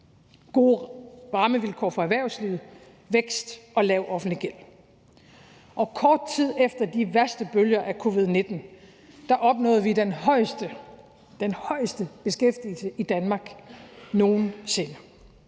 gode rammevilkår for erhvervslivet, vækst og lav offentlig gæld. Og kort tid efter de værste bølger af covid-19 opnåede vi den højeste – den højeste – beskæftigelse i Danmark nogen sinde.